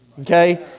okay